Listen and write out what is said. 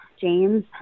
james